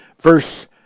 verse